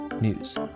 news